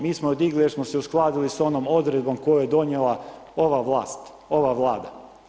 Mi smo ju digli jer smo se uskladili s onom odredbom koju je donijela ova vlast, ova Vlada.